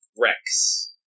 Rex